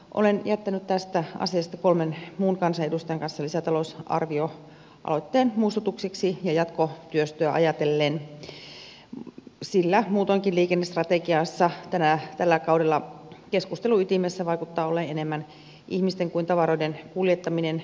olen jättänyt tästä asiasta kolmen muun kansanedustajan kanssa lisätalousarvioaloitteen muistutukseksi ja jatkotyöstöä ajatellen sillä muutoinkin liikennestrategiassa tällä kaudella keskustelun ytimessä vaikuttaa olleen enemmän ihmisten kuin tavaroiden kuljettaminen